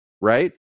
right